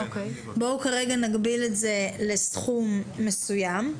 בואו כרגע נגביל את זה לסכום מסוים.